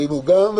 הרימו גם.